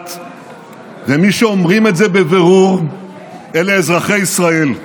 מנדט ומי שאומרים את זה בבירור אלה אזרחי ישראל.